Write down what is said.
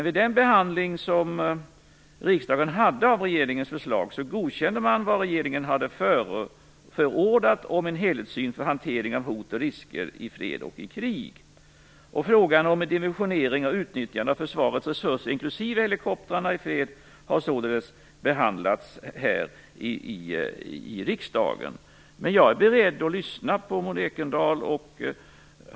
Vid den behandling som riksdagen hade av regeringens förslag godkände man vad regeringen hade förordat om en helhetssyn vid hanteringen av hot och risker i fred och krig. Frågan om dimensionering och utnyttjande av försvarets resurser inklusive helikoptrarna i fred har således behandlats här i riksdagen. Men jag är beredd att lyssna på Maud Ekendahl.